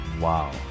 Wow